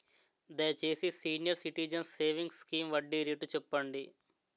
దయచేసి senior citizens savings scheme వడ్డీ రేటు చెప్పండి